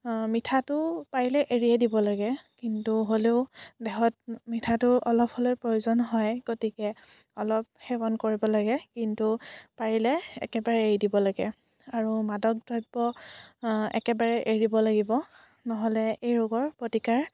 মিঠাটো পাৰিলে এৰিয়ে দিব লাগে কিন্তু হ'লেও দেহত মিঠাতো অলপ হ'লেও প্ৰয়োজন হয় গতিকে অলপ সেৱন কৰিব লাগে কিন্তু পাৰিলে একেবাৰে এৰি দিব লাগে আৰু মাদক দ্ৰব্য একেবাৰে এৰিব লাগিব নহ'লে এই ৰোগৰ প্ৰতিকাৰ